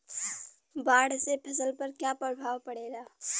बाढ़ से फसल पर क्या प्रभाव पड़ेला?